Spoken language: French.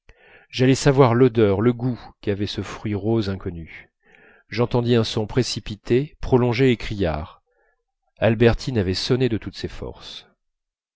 j'allais savoir l'odeur le goût qu'avait ce fruit rose inconnu j'entendis un son précipité prolongé et criard albertine avait sonné de toutes ses forces